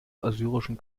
assyrischen